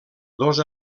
dos